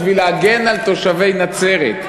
בשביל להגן על תושבי נצרת.